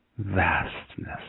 vastness